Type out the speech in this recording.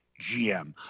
GM